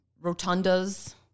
rotundas